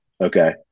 Okay